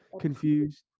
confused